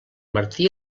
martí